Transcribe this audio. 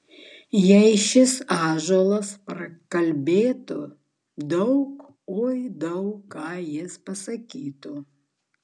jei šis ąžuolas prakalbėtų daug oi daug ką jis pasakytų